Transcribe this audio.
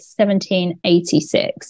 1786